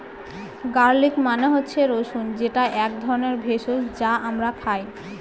garlic মানে হচ্ছে রসুন যেটা এক ধরনের ভেষজ যা আমরা খাই